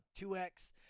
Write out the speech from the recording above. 2x